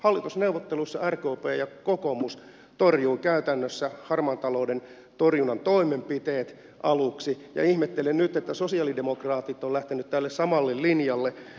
hallitusneuvotteluissa rkp ja kokoomus torjuivat käytännössä harmaan talouden torjunnan toimenpiteet aluksi ja ihmettelen nyt että sosialidemokraatit ovat lähteneet tälle samalle linjalle